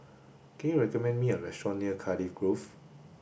can you recommend me a restaurant near Cardiff Grove